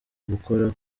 gukora